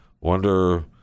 wonder